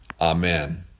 Amen